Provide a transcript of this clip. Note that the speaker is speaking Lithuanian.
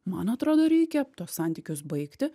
man atrodo reikia tuos santykius baigti